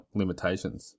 limitations